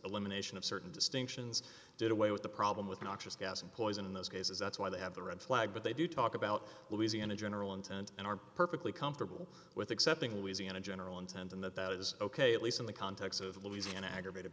elimination of certain distinctions did away with the problem with noxious gas and poison in those cases that's why they have the red flag but they do talk about louisiana general intent and are perfectly comfortable with accepting louisiana general intent and that that is ok at least in the context of louisiana aggravated